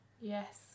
Yes